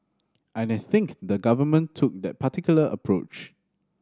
and I think the Government took that particular approach